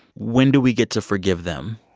when do we get to forgive them,